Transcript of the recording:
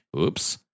Oops